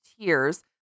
tears